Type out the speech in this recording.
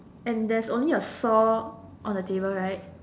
and there's only a saw on the table right